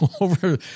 over